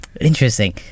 Interesting